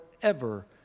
forever